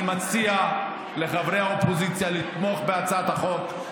אני מציע לחברי האופוזיציה לתמוך בהצעת החוק.